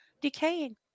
decaying